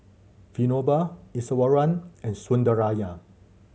Vinoba Iswaran and Sundaraiah